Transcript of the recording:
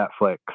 Netflix